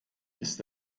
ist